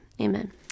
Amen